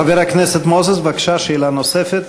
חבר הכנסת מוזס, בבקשה, שאלה נוספת.